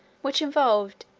which involved,